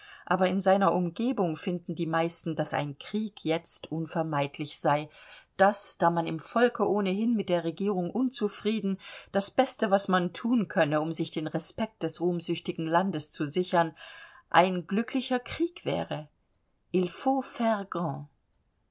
aber in seiner umgebung finden die meisten daß ein krieg jetzt unvermeidlich sei daß da man im volke ohnehin mit der regierung unzufrieden das beste was man thun könne um sich den respekt des ruhmsüchtigen landes zu sichern ein glücklicher krieg wäre